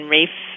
Rafe